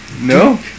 No